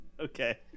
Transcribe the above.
Okay